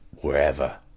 wherever